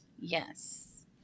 yes